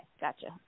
Gotcha